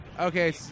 Okay